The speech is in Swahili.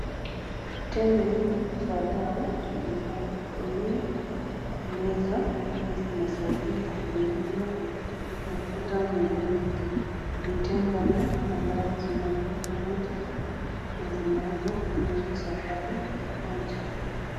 Tembee hii za dawa ni za kutumia kumeza ama zinasaidia kupunguza mafuta mwilini. Ni tembe nne ambazo zimewekwa pamoja, na zinaweza mezwa safari moja.